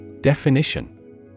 Definition